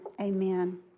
amen